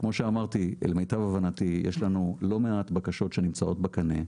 שכמו שאמרתי למיטב הבנתי יש לנו לא מעט בקשות שנמצאות בקנה,